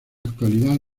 actualidad